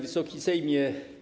Wysoki Sejmie!